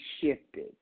shifted